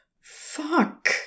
Fuck